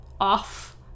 off